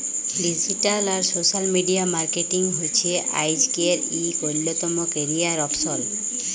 digital আর social media marketing হছে আইজকের ইক অল্যতম ক্যারিয়ার অপসল